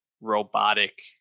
robotic